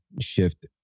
shift